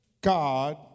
God